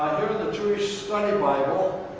here in the jewish study bible,